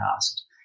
asked